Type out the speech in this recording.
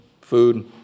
food